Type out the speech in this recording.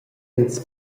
ils